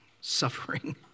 suffering